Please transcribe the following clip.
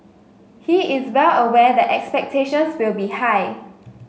he is well aware that expectations will be high